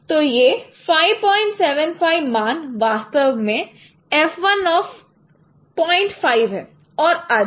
तो यह 575 मान वास्तव में f₁05 है और आदि